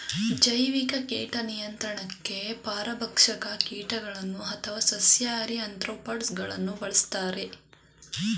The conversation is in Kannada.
ಜೈವಿಕ ಕೀಟ ನಿಯಂತ್ರಣಗೆ ಪರಭಕ್ಷಕ ಕೀಟಗಳನ್ನು ಅಥವಾ ಸಸ್ಯಾಹಾರಿ ಆಥ್ರೋಪಾಡ್ಸ ಗಳನ್ನು ಬಳ್ಸತ್ತರೆ